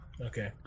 Okay